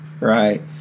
right